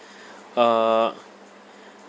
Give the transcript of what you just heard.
uh